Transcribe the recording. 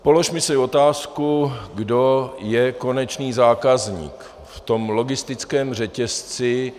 Položme si otázku, kdo je konečný zákazník v tom lobbistickém řetězci.